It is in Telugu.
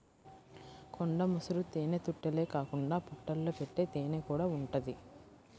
కొండ ముసురు తేనెతుట్టెలే కాకుండా పుట్టల్లో పెట్టే తేనెకూడా ఉంటది